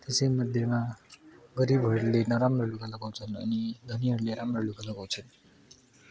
त्यसैमध्येमा गरिबहरूले नराम्रो लुगा लगाउँछन् अनि धनीहरूले राम्रो लुगा लगाउँछन्